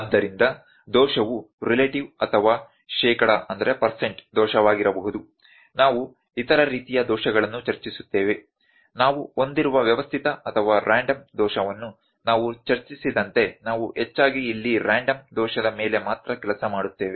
ಆದ್ದರಿಂದ ದೋಷವು ರಿಲೇಟಿವ್ ಅಥವಾ ಶೇಕಡಾ ದೋಷವಾಗಿರಬಹುದು ನಾವು ಇತರ ರೀತಿಯ ದೋಷಗಳನ್ನು ಚರ್ಚಿಸುತ್ತೇವೆ ನಾವು ಹೊಂದಿರುವ ವ್ಯವಸ್ಥಿತ ಅಥವಾ ರ್ಯಾಂಡಮ್ ದೋಷವನ್ನು ನಾವು ಚರ್ಚಿಸಿದಂತೆ ನಾವು ಹೆಚ್ಚಾಗಿ ಇಲ್ಲಿ ರ್ಯಾಂಡಮ್ ದೋಷದ ಮೇಲೆ ಮಾತ್ರ ಕೆಲಸ ಮಾಡುತ್ತೇವೆ